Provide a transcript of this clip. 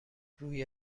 روی